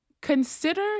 consider